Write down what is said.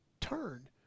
turn